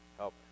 Help